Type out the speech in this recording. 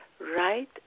right